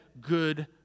good